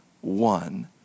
one